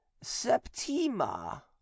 Septima